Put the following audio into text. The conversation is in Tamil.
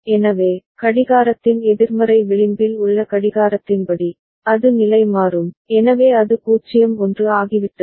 எனவே கடிகாரத்தின் எதிர்மறை விளிம்பில் உள்ள கடிகாரத்தின்படி அது நிலைமாறும் எனவே அது 0 1 ஆகிவிட்டது